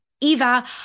Eva